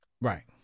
Right